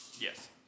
Yes